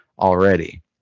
already